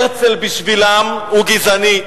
הרצל בשבילם הוא גזעני,